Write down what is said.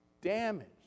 damaged